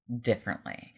differently